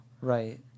Right